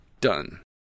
done